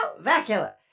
Vacula